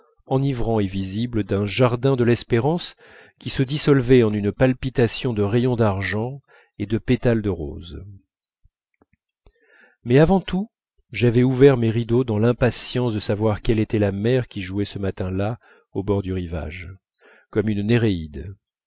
enivrants et visibles d'un jardin de l'espérance qui se dissolvait en une palpitation de rayons d'argent et de pétales de rose mais avant tout j'avais ouvert mes rideaux dans l'impatience de savoir quelle était la mer qui jouait ce matin-là au bord du rivage comme une